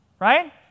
right